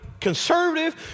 conservative